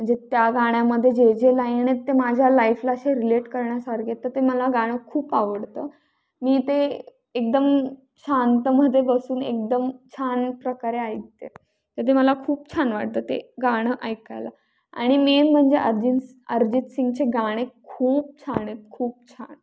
म्हणजे त्या गाण्यामध्ये जे जे लाईन आहेत ते माझ्या लाईफला असे रिलेट करण्यासारखे तर ते मला गाणं खूप आवडतं मी ते एकदम शांतमध्ये बसून एकदम छान प्रकारे ऐकते तर ते मला खूप छान वाटतं ते गाणं ऐकायला आणि मेन म्हणजे अरजिन अरिजित सिंगचे गाणे खूप छान आहेत खूप छान